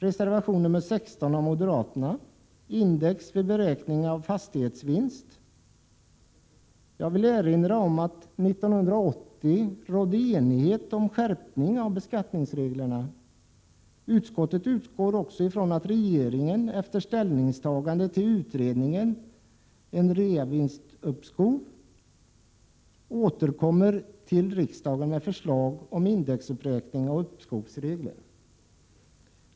Reservation nr 16 av moderaterna gäller index vid beräkning av fastighetsvinster. Jag vill erinra om att det 1980 rådde enighet om skärpning av beskattningsreglerna. Utskottet utgår också från att regeringen efter ställningstagande till utredningen Reavinstuppskov återkommer till riksdagen med förslag om indexuppräkning och uppskovsregler.